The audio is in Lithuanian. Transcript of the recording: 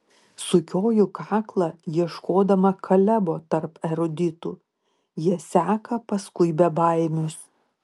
sukioju kaklą ieškodama kalebo tarp eruditų jie seka paskui bebaimius